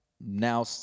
now